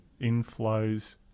inflows